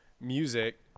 music